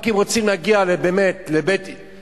רק אם רוצים להגיע לבית רחב,